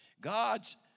God's